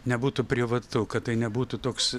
nebūtų privatu kad tai nebūtų toks